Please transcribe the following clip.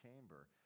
chamber